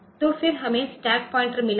EEE तो फिर हमें स्टैक पॉइंटर मिला है